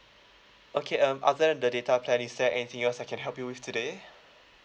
okay um other than the data plan is there anything else I can help you with today